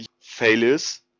failures